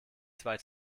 zwei